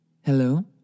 Hello